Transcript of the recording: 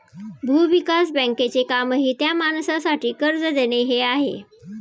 भूविकास बँकेचे कामही त्या माणसासाठी कर्ज देणे हे आहे